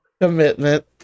commitment